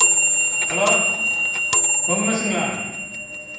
hello Kongu மெஸ்ஸுங்ளா